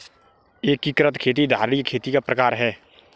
एकीकृत खेती धारणीय खेती का प्रकार है